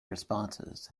responses